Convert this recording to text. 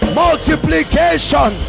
multiplication